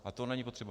A to není potřeba.